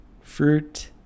fruit